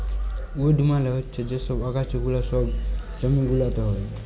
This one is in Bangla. উইড মালে হচ্যে যে আগাছা গুলা সব জমি গুলাতে হ্যয়